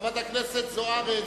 חברת הכנסת זוארץ,